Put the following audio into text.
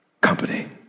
company